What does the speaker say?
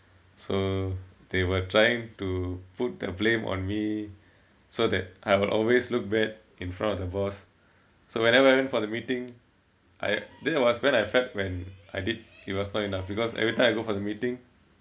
so they were trying to put the blame on me so that I will always look bad in front of the boss so whenever I went for the meeting I that was when I felt when I did it was not enough because every time I go for the meeting